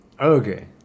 Okay